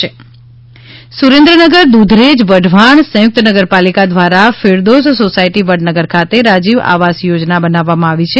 આવાસ યોજના દૂધરેજ સુરેન્દ્રનગર દુધરેજ વઢવાણ સંયુક્ત નગરપાલિકા દ્રારા ફિરદોશ સોસાયટી વડનગર ખાતે રાજીવ આવાસ યોજના બનાવવામાં આવી છે